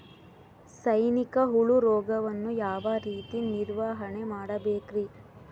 ಸೈನಿಕ ಹುಳು ರೋಗವನ್ನು ಯಾವ ರೇತಿ ನಿರ್ವಹಣೆ ಮಾಡಬೇಕ್ರಿ?